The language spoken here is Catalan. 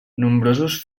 nombrosos